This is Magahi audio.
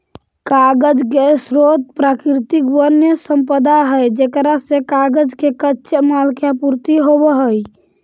कागज के स्रोत प्राकृतिक वन्यसम्पदा है जेकरा से कागज के कच्चे माल के आपूर्ति होवऽ हई